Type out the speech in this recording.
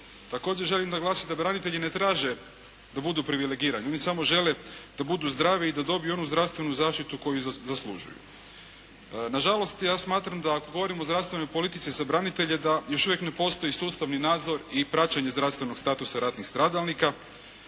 Također želim naglasiti da branitelji ne traže da budu privilegirani, oni samo žele da budu zdravi i da dobiju onu zdravstvenu zaštitu koju zaslužuju. Na žalost ja smatram da ako govorimo o zdravstvenoj politici za branitelje da još uvijek ne postoji sustavni nadzor i praćenje zdravstvenog statusa ratnih stradalnika,